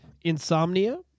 Insomnia